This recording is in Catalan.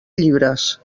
llibres